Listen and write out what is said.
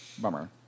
Bummer